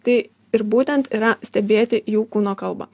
tai ir būtent yra stebėti jų kūno kalbą